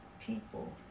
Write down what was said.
people